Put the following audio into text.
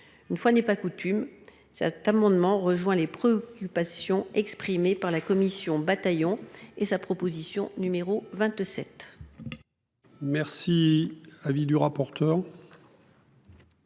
Une fois n'est pas coutume, ça t'amendement rejoint les. Occupation exprimée par la Commission bataillon et sa proposition numéro 27. Merci.